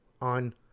on